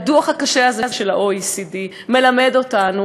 הדוח הקשה הזה של ה-OECD מלמד אותנו,